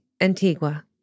Antigua